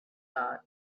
thought